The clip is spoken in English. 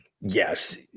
yes